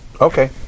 Okay